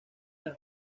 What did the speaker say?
las